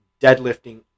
deadlifting